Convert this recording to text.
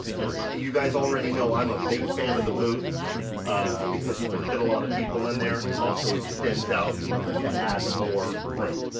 and you guys already know i'm a big fan of the booth because you can fit a lot of people in there. it's also extends out to add more room.